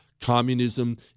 Communism